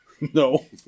No